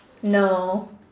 no